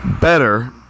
Better